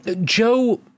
Joe